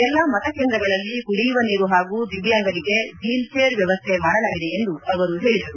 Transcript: ಎಲ್ಲಾ ಮತಕೇಂದ್ರಗಳಲ್ಲಿ ಕುಡಿಯುವ ನೀರು ಹಾಗೂ ದಿವ್ಯಾಂಗರಿಗೆ ವೀಲ್ಜೇರ್ ವ್ಯವಸ್ಥೆ ಮಾಡಲಾಗಿದೆ ಎಂದು ಅವರು ಹೇಳಿದರು